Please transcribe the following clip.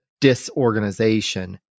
disorganization